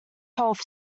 health